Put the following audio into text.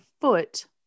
foot